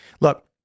Look